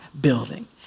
building